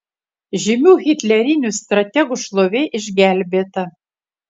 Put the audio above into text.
žymių hitlerinių strategų šlovė išgelbėta